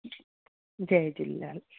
Jay Jhulelal